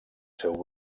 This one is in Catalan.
seu